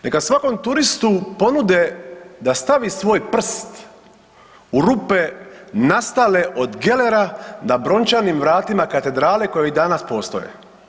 Neka svakom turistu ponude da stavi svoj prst u rupe nastale od gelera na brončanim vratima katedrale koji i danas postoje.